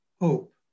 hope